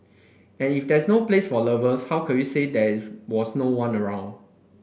and if that's no place for lovers how could we say there's was no one around